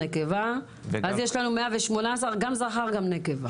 "נקבה" ויש לנו 118 גם זכר וגם נקבה.